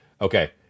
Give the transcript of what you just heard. Okay